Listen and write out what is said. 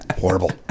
horrible